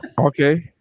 okay